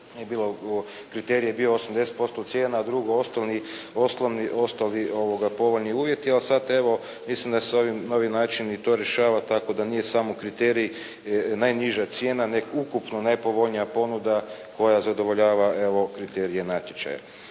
cijene, kriterij je bio 80% cijene a drugo osnovni povoljni uvjeti. A sada evo mislim da se na ovaj način to rješava tako da nije samo kriterij najniža cijena nego ukupno najpovoljnija ponuda koja zadovoljava evo kriterije natječaja.